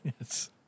Yes